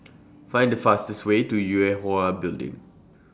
Find The fastest Way to Yue Hwa Building